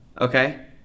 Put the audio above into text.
Okay